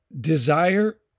desire